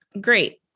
Great